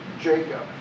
Jacob